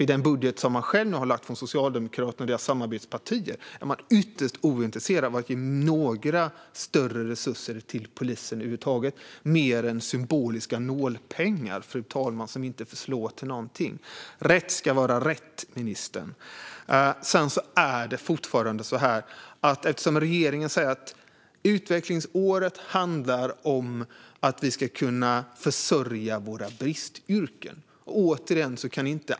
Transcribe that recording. I den budget som Socialdemokraterna och deras samarbetspartier har lagt fram är man ytterst ointresserad av att ge några större resurser till polisen över huvud taget - det blir bara symboliska nålpengar som inte förslår till någonting. Rätt ska vara rätt, ministern. Regeringen säger att utvecklingsåret handlar om att vi ska kunna försörja våra bristyrken.